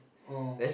oh